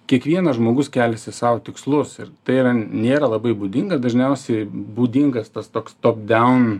kiekvienas žmogus keliasi sau tikslus ir tai yra nėra labai būdinga dažniausiai būdingas tas toks top down